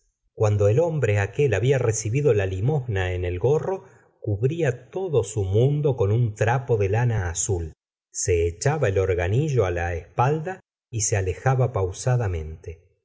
cuando el hombre aquel había recibido la limosna en el gorro cubría todo su mundo con un trapo de lana azul se echaba el organillo la espalda y se alejaba pausadamente